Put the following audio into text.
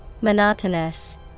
monotonous